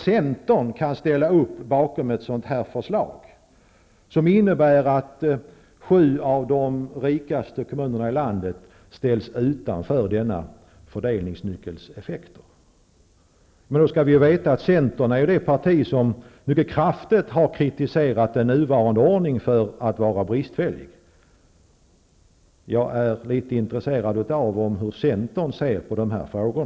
Centern kan ställa sig bakom ett sådant här förslag, som innebär att sju av de rikaste kommunerna i landet ställs utanför denna fördelningsnyckels effekter. Centern är ju det parti som mycket kraftigt har kritiserat den nuvarande ordningen för att vara bristfällig. Jag är intresserad av att höra hur Centern ser på dessa frågor.